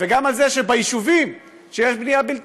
וגם על זה שאת היישובים שיש בהם בנייה בלתי